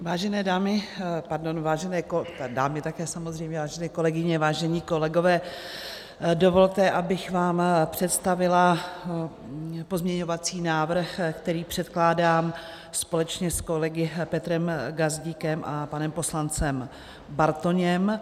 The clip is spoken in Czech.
Vážené dámy, pardon, vážené dámy také samozřejmě, ale vážené kolegyně, vážení kolegové, dovolte, abych vám představila pozměňovací návrh, který předkládám společně s kolegy Petrem Gazdíkem a panem poslancem Bartoněm.